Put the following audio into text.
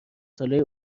ساله